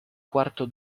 quarto